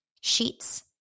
sheets